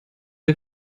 sie